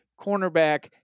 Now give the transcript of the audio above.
cornerback